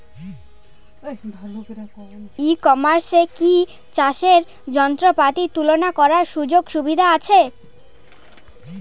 ই কমার্সে কি চাষের যন্ত্রপাতি তুলনা করার সুযোগ সুবিধা আছে?